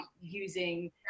using